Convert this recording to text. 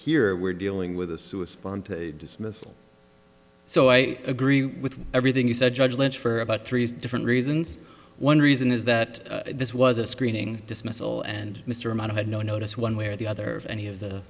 here we're dealing with a suicide bomb to dismissal so i agree with everything you said judge lynch for about three different reasons one reason is that this was a screening dismissal and mr amano had no notice one way or the other of any of the